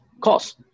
cost